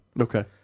Okay